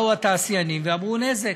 באו התעשיינים ואמרו: נזק.